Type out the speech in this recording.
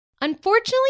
Unfortunately